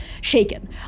shaken